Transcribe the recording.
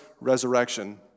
resurrection